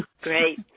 Great